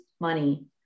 money